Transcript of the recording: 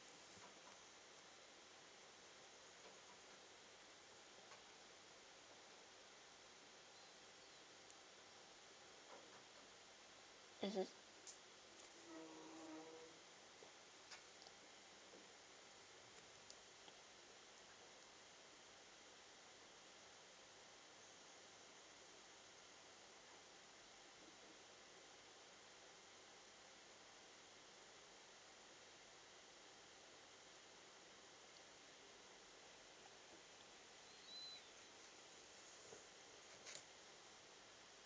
mmhmm